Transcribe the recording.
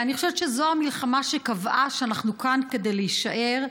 אני חושבת שזו המלחמה שקבעה שאנחנו כאן כדי להישאר.